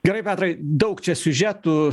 gerai petrai daug čia siužetų